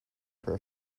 for